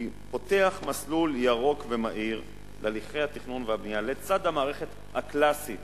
פותח מסלול ירוק ומהיר להליכי התכנון והבנייה לצד המערכת הקלאסית